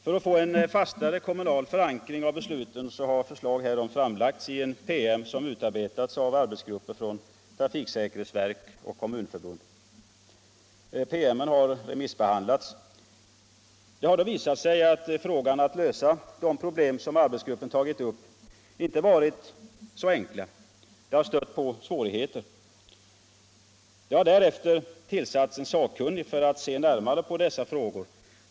För att få en fastare kommunal förankring av besluten har förslag härom framlagts i en PM som utarbetats av arbetsgrupper från trafiksäkerhetsverket och Kommunförbundet. Promemorian har remissbehandlats. Det har då visat sig att det inte varit så enkelt att lösa de problem som arbetsgruppen tagit upp. Det har stött på svårigheter. Det har därefter tillsatts en sakkunnig för att se närmare på dessa frågor.